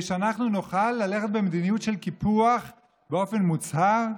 שאנחנו נוכל ללכת במדיניות של קיפוח באופן מוצהר?